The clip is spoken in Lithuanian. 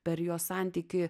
per jo santykį